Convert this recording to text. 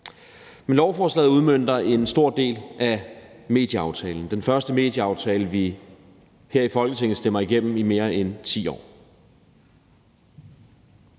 Lovforslaget udmønter en stor del af medieaftalen – den første medieaftale, vi her i Folketinget stemmer igennem i mere end 10 år.